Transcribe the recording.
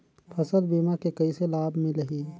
फसल बीमा के कइसे लाभ मिलही?